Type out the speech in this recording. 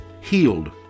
healed